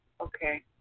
Okay